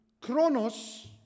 chronos